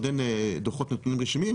עוד דו"חות נתונים רשמיים,